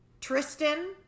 Tristan